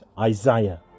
Isaiah